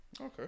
Okay